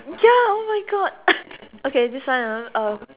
ya oh my god okay this one ah um